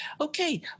Okay